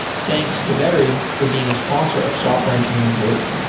thanks to vettery for being a sponsor of software engineering daily